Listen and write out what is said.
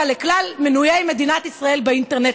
לכלל מנויי מדינת ישראל באינטרנט,